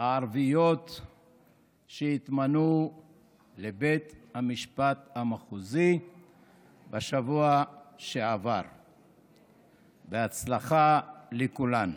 הערביות שהתמנו לבית המשפט המחוזי בשבוע שעבר בהצלחה לכולן,